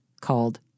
called